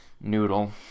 noodle